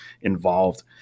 involved